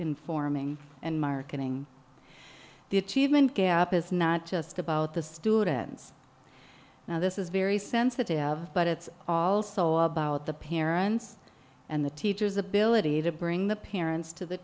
informing the achievement gap is not just about the students now this is very sensitive but it's also about the parents and the teachers ability to bring the parents to the